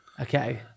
Okay